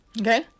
Okay